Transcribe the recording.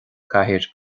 chathaoir